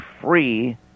free